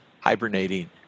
hibernating